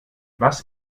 was